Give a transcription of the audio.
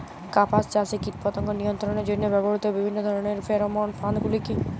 কাপাস চাষে কীটপতঙ্গ নিয়ন্ত্রণের জন্য ব্যবহৃত বিভিন্ন ধরণের ফেরোমোন ফাঁদ গুলি কী?